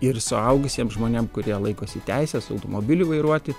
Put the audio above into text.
ir suaugusiem žmonėm kurie laikosi teises automobilį vairuoti